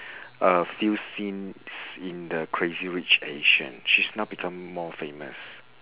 a few scenes in the crazy rich asian she's now become more famous